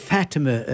Fatima